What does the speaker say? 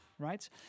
right